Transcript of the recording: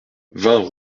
vingt